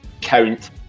count